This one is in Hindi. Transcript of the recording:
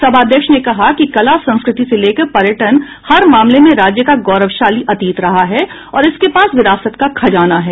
सभाध्यक्ष ने कहा कि कला संस्कृति से लेकर पर्यटन हर मामले में राज्य का गौरवशाली अतीत रहा है और इसके पास विरासत का खजाना है